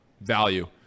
Value